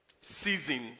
season